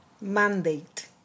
Mandate